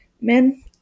men